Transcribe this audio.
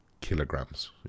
kilograms